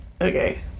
okay